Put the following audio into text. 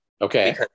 Okay